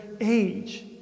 age